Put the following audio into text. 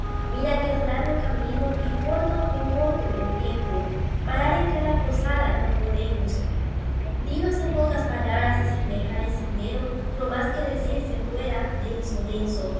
mira que es largo el camino y corto muy corto el tiempo parar en cada posada no podemos dínos en pocas palabras y sin dejar el sendero lo más que decir se pueda denso